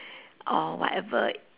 or whatever